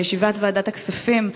בישיבת ועדת הכספים,